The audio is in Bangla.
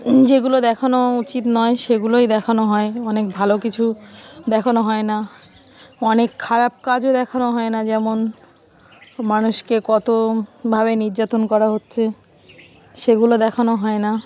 যেগুলো দেখানো উচিত নয় সেগুলোই দেখানো হয় অনেক ভালো কিছু দেখানো হয় না অনেক খারাপ কাজও দেখানো হয় না যেমন মানুষকে কতভাবে নির্যাতন করা হচ্ছে সেগুলো দেখানো হয় না